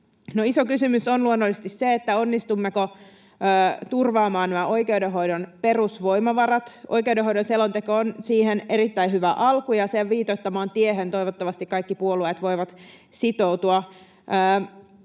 iso kysymys on luonnollisesti se, onnistummeko turvaamaan nämä oikeudenhoidon perusvoimavarat. Oikeudenhoidon selonteko on siihen erittäin hyvä alku, ja sen viitoittamaan tiehen toivottavasti kaikki puolueet voivat sitoutua.